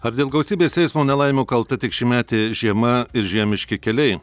ar dėl gausybės eismo nelaimių kalta tik šiųmetė žiema ir žiemiški keliai